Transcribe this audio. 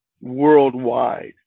worldwide